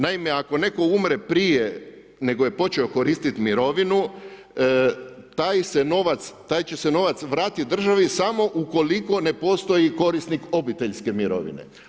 Naime, ako neko umre prije nego je počeo koristiti mirovinu taj će se novac vratiti državi samo ukoliko ne postoji korisnik obiteljske mirovine.